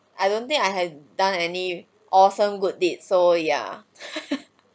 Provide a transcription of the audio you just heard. I don't think I had done any awesome good deed so ya